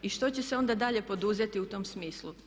I što će se onda dalje poduzeti u tom smislu?